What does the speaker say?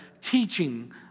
teaching